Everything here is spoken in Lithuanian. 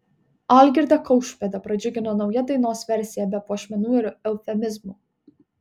algirdą kaušpėdą pradžiugino nauja dainos versija be puošmenų ir eufemizmų